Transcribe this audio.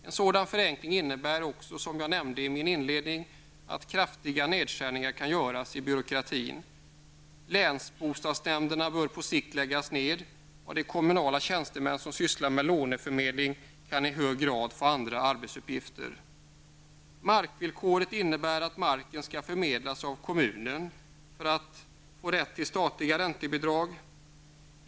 En sådan förenkling innebär också, som jag nämnde i min inledning, att kraftiga nedskärningar kan göras i byråkratin. Länsbostadsnämnderna bör på sikt läggas ned, och de kommunala tjänstemän som sysslar med låneförmedling kan i hög grad få andra arbetsuppgifter. Markvillkoret innebär att marken skall förmedlas av kommunen för att rätt till statliga räntebidrag skall medges.